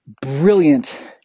brilliant